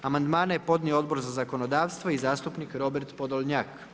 Amandmane je podnio Odbor za zakonodavstvo i zastupnik Robert Podolnjak.